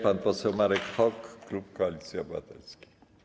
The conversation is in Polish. Pan poseł Marek Hok, klub Koalicja Obywatelska.